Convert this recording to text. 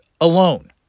alone